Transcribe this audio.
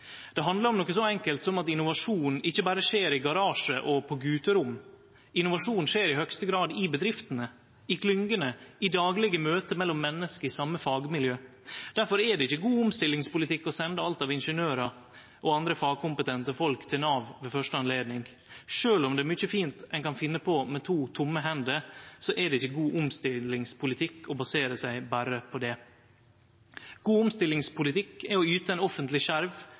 Det handlar om noko så enkelt som at innovasjon ikkje berre skjer i garasjar og på guterom. Innovasjon skjer i høgste grad i bedriftene, i klyngene, i daglege møte mellom menneske i same fagmiljø. Difor er det ikkje god omstillingspolitikk å sende alt av ingeniørar og andre fagkompetente folk til Nav ved første anledning. Sjølv om det er mykje fint ein kan finne på med to tome hender, er det ikkje god omstillingspolitikk å basere seg berre på det. God omstillingspolitikk er å yte ein offentleg skjerv